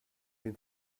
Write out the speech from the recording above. den